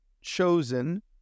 chosen